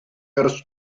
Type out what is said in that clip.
ers